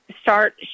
start